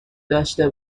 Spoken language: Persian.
داشته